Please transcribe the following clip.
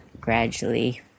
gradually